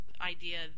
idea